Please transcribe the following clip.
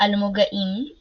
אלמוגאים –